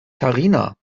karina